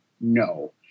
no